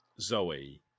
zoe